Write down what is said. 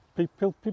People